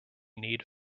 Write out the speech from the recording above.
need